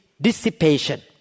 dissipation